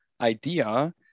idea